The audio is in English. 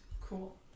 Cool